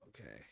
Okay